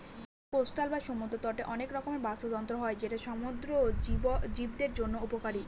coastal বা সমুদ্র তটে অনেক রকমের বাস্তুতন্ত্র হয় যেটা সমুদ্র জীবদের জন্য উপকারী